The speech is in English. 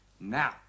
Now